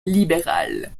libérale